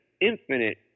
infinite